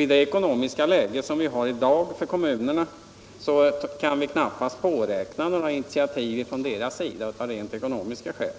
I det ekonomiska läge kommunerna har i dag kan vi knappast påräkna några initiativ från deras sida — av rent ekonomiska skäl.